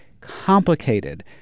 complicated